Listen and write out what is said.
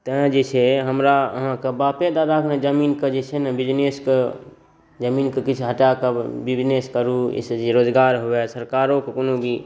तेँ जे छै हमरा अहाँके बापे दादाके जमीनके छै ने बिजनेसके जमीनके किछु हटाकऽ बिजनेस करू ई से जे रोजगार हुअए सरकारोके कोनो भी